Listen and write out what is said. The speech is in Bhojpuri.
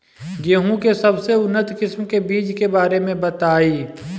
गेहूँ के सबसे उन्नत किस्म के बिज के बारे में बताई?